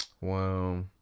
Wow